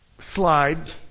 slide